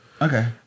Okay